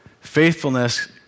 Faithfulness